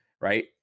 right